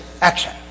action